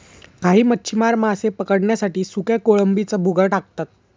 काही मच्छीमार मासे पकडण्यासाठी सुक्या कोळंबीचा भुगा टाकतात